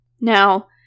Now